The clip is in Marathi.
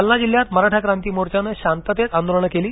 जालना जिल्ह्यात मराठा क्रांती मोर्चानं शांततेत आंदोलनं केली